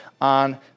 on